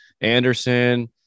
Anderson